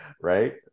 Right